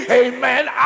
amen